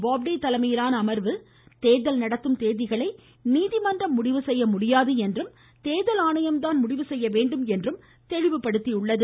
பாப்டே தலைமையிலான அமர்வு தேர்தல் நடத்தும் தேதிகளை நீதிமன்றம் முடிவுசெய்ய முடியாது என்றும் தேர்தல் ஆணையம் தான் முடிவுசெய்ய வேண்டும் தெளிவுபடுத்தியது